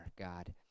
God